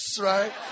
right